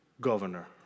governor